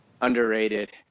underrated